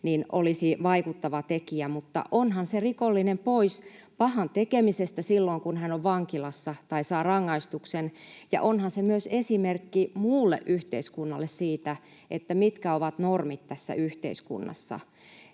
olisi vaikuttava tekijä. Mutta onhan se rikollinen pois pahan tekemisestä silloin, kun hän on vankilassa tai saa rangaistuksen, ja onhan se myös esimerkki muulle yhteiskunnalle siitä, mitkä ovat normit tässä yhteiskunnassa.